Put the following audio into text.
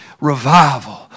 revival